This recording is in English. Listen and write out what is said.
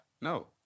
No